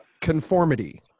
conformity